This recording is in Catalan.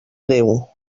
déu